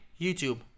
YouTube